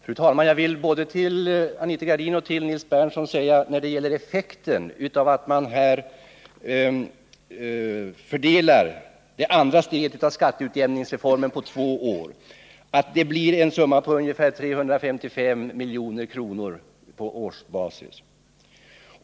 Fru talman! Jag vill till både Anita Gradin och Nils Berndtson säga att effekten av att man fördelar det andra steget i skatteutjämningsreformen på två år blir en summa av ungefär 355 milj.kr. på årsbasis.